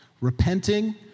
Repenting